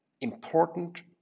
important